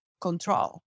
control